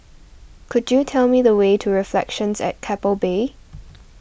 could you tell me the way to Reflections at Keppel Bay